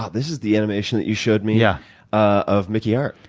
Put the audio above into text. ah this is the animation that you showed me yeah of mickey hart.